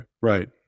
right